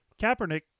Kaepernick